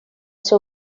seu